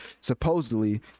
supposedly